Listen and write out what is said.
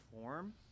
form